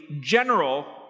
general